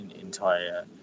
entire